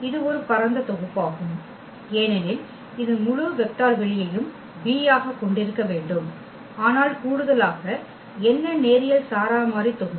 இது ஒரு பரந்த தொகுப்பாகும் ஏனெனில் இது முழு வெக்டர் வெளியையும் V ஆகக் கொண்டிருக்க வேண்டும் ஆனால் கூடுதலாக என்ன நேரியல் சாரா மாறி தொகுப்பு